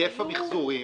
המיחזורים